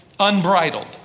Unbridled